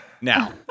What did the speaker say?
Now